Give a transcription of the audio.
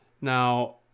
Now